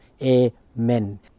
amen